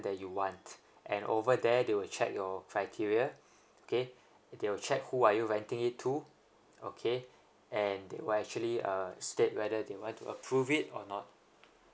that you want and over there they will check your criteria okay they will check who are you renting it to okay and they will actually uh state whether they want to approve it or not